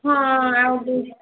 ହଁ ଆଉ ବି